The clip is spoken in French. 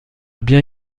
bien